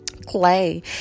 Clay